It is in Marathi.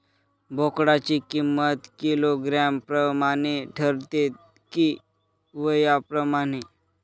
बोकडाची किंमत किलोग्रॅम प्रमाणे ठरते कि वयाप्रमाणे?